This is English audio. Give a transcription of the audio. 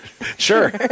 Sure